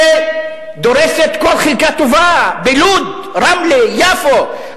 שדורסת כל חלקה טובה בלוד, רמלה, יפו.